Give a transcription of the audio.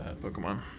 Pokemon